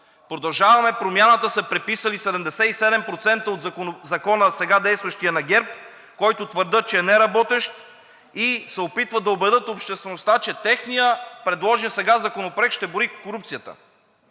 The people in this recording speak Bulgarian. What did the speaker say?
„Продължаваме Промяната“ са преписали 77% от сега действащия закон на ГЕРБ, който твърдят, че е неработещ, и се опитват да убедят обществеността, че техният, предложен сега Законопроект, ще бори корупцията.